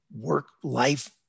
work-life